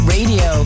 Radio